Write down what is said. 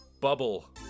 Bubble